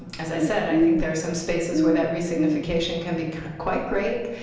as i said, i think there are some spaces where that resignification can be quite great,